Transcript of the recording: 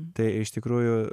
tai iš tikrųjų